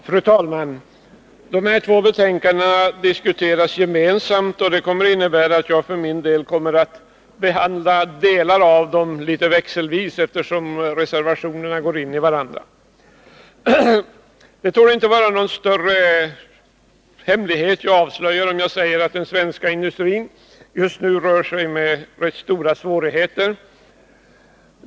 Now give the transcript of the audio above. Fru talman! De här två betänkandena diskuteras gemensamt, och det kommer att innebära att jag för min del kommer att behandla delar av dem litet växelvis, eftersom reservationerna går in i varandra. Det torde inte vara någon större hemlighet jag avslöjar om jag säger att den svenska industrin just nu rör sig med rätt stora svårigheter.